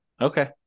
Okay